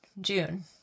June